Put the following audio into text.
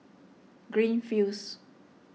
Greenfields